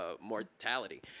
mortality